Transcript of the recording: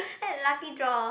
and lucky draw